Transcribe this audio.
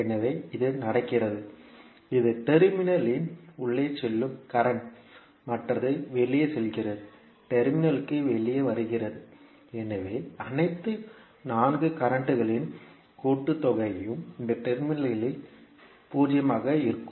எனவே இது நடக்கிறது இது டெர்மினல் இன் உள்ளே செல்லும் கரண்ட் மற்றது வெளியே செல்கிறது டெர்மினல்க்கு வெளியே வருகிறது எனவே அனைத்து 4 கரண்ட்களின் கூட்டுத்தொகையும் இந்த டெர்மினலில் 0 ஆக இருக்கும்